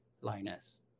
Linus